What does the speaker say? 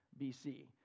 BC